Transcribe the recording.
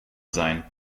sein